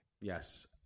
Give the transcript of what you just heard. Yes